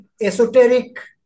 esoteric